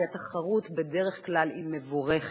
שהיה פעם איזה קמפיין להעדיף כחול-לבן.